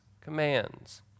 commands